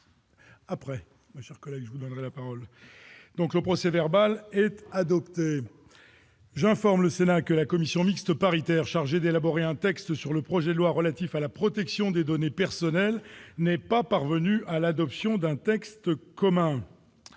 du Sénat. Il n'y a pas d'observation ?... Le procès-verbal est adopté. J'informe le Sénat que la commission mixte paritaire chargée d'élaborer un texte sur le projet de loi relatif à la protection des données personnelles n'est pas parvenue à l'adoption d'un texte commun.